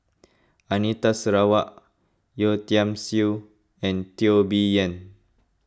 Anita Sarawak Yeo Tiam Siew and Teo Bee Yen